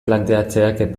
planteatzeak